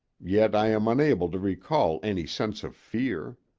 yet i am unable to recall any sense of fear.